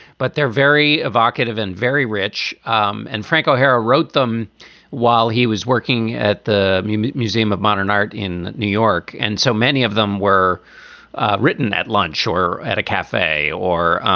but they're very evocative and very rich. um and frank o'hara wrote them while he was working at the museum of modern art in new york. and so many of them were written at lunch or at a cafe or